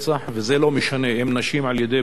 וזה לא משנה אם זה נשים על-ידי בעליהן